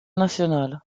nationale